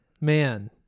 man